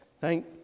Thank